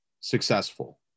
successful